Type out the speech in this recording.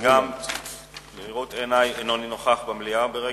גם הוא לא נמצא.